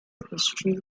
history